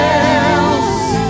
else